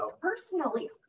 personally